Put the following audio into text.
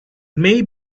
may